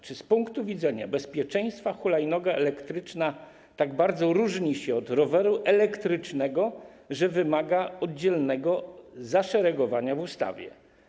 Czy z punktu widzenia bezpieczeństwa hulajnoga elektryczna tak bardzo różni się od roweru elektrycznego, że wymaga oddzielnego zaszeregowania w ustawie?